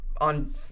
on